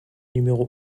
numéro